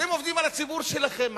אתם עובדים על הציבור שלכם.